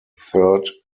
third